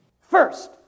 first